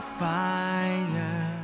fire